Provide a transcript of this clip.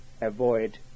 avoid